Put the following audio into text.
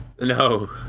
No